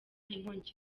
inkongi